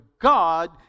God